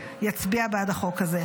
יצביע בעד החוק הזה.